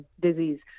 disease